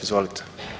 Izvolite.